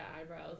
eyebrows